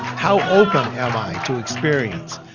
how open am i to experience?